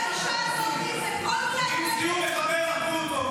אם זיהו מחבל, הרגו אותו.